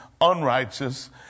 unrighteous